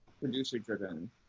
producer-driven